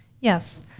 Yes